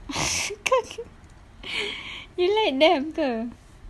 you like them ke